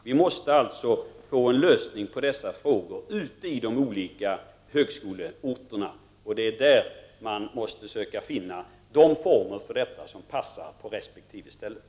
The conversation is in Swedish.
Vi måste alltså få en lösning på dessa frågor ute på de olika högskoleorterna. Det är där man måste söka finna de former som passar på respektive plats.